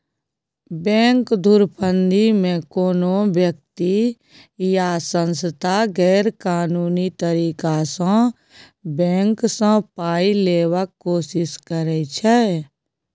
bank धुरफंदीमे कोनो बेकती या सँस्था गैरकानूनी तरीकासँ बैंक सँ पाइ लेबाक कोशिश करै छै